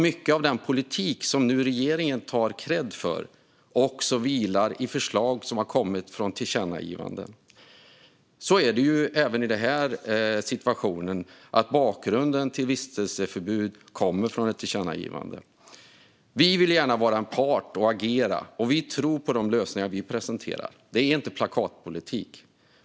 Mycket av den politik som regeringen tar kredd för vilar i förslag som har kommit från tillkännagivanden. Så är det även i den här situationen, nämligen att bakgrunden till förslaget om vistelseförbudet kommer från ett tillkännagivande. Vi vill gärna vara en part och agera, och vi tror på de lösningar vi presenterar. Det är inte plakatpolitik.